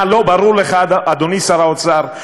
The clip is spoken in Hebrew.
מה, לא ברור לך, אדוני שר האוצר?